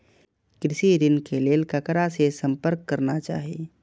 कृषि ऋण के लेल ककरा से संपर्क करना चाही?